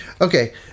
Okay